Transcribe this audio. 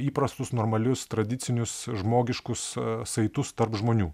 įprastus normalius tradicinius žmogiškus saitus tarp žmonių